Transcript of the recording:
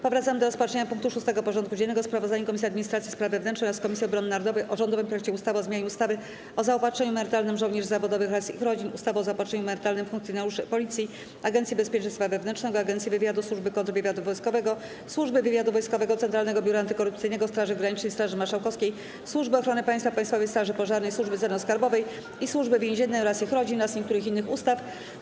Powracamy do rozpatrzenia punktu 6. porządku dziennego: Sprawozdanie Komisji Administracji i Spraw Wewnętrznych oraz Komisji Obrony Narodowej o rządowym projekcie ustawy o zmianie ustawy o zaopatrzeniu emerytalnym żołnierzy zawodowych oraz ich rodzin, ustawy o zaopatrzeniu emerytalnym funkcjonariuszy Policji, Agencji Bezpieczeństwa Wewnętrznego, Agencji Wywiadu, Służby Kontrwywiadu Wojskowego, Służby Wywiadu Wojskowego, Centralnego Biura Antykorupcyjnego, Straży Granicznej, Straży Marszałkowskiej, Służby Ochrony Państwa, Państwowej Straży Pożarnej, Służby Celno-Skarbowej i Służby Więziennej oraz ich rodzin oraz niektórych innych ustaw.